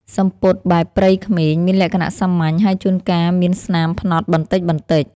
សំពត់បែបព្រៃក្មេង មានលក្ខណៈសាមញ្ញ ហើយជួនកាលមានស្នាមផ្នត់បន្តិចៗ។